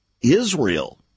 Israel